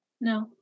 No